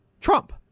Trump